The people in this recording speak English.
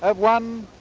ah one